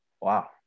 Wow